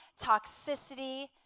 toxicity